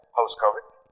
post-COVID